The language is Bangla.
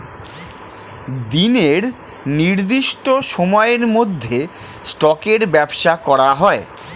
দিনের নির্দিষ্ট সময়ের মধ্যে স্টকের ব্যবসা করা হয়